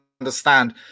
understand